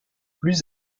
plus